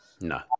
No